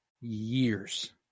years